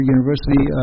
University